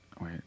Wait